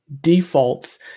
defaults